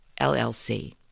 LLC